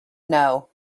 know